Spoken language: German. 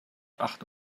acht